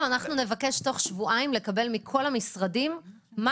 אנחנו נבקש תוך שבועיים לקבל מכל המשרדים מה